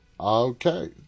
Okay